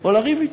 או לריב אתה.